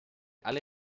alle